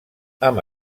amb